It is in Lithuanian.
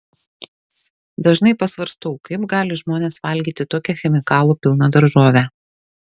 dažnai pasvarstau kaip gali žmonės valgyti tokią chemikalų pilną daržovę